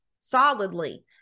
solidly